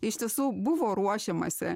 iš tiesų buvo ruošiamasi